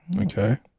Okay